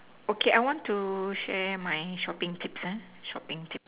okay I want to share my shopping tips ah shopping tip